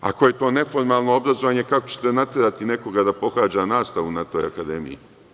Ako je to neformalno obrazovanje, kako ćete naterati nekoga da pohađa nastavu na toj Akademiji?